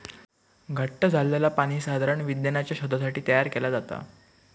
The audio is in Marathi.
घट्ट झालंला पाणी साधारण विज्ञानाच्या शोधासाठी तयार केला जाता